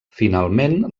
finalment